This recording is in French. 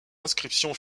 inscription